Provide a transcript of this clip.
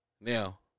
now